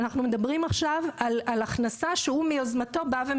אנחנו מדברים עכשיו על הכנסה שהוא בא ומשלם מיוזמתו.